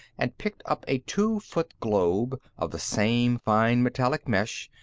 and picked up a two-foot globe of the same fine metallic mesh,